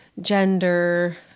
gender